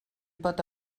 pot